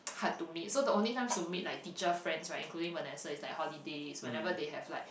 hard to meet so the only time to meet like teacher friends right including Vanessa is like holidays whenever they have like